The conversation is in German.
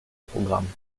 programm